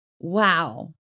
Wow